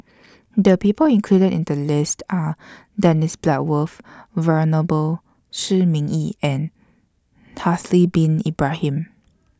The People included in The list Are Dennis Bloodworth Venerable Shi Ming Yi and Haslir Bin Ibrahim